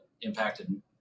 impacted